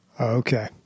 Okay